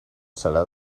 serà